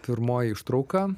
pirmoji ištrauka